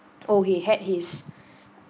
oh he had his